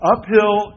Uphill